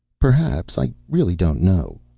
perhaps. i really don't know.